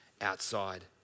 outside